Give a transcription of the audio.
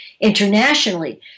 internationally